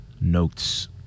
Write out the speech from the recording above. notes